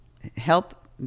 Help